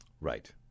Right